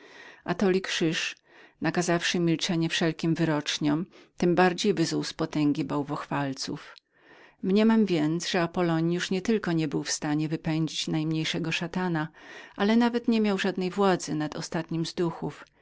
atoli krzyż nakazawszy milczenie wszelkim wyroczniom tem bardziej wyzuł z potęgi bałwochwalców mniemam więc że apollonius nie tylko niebył w stanie wypędzić najmniejszego szatana ale nawet niemiał żadnej władzy nad ostatnim z duchów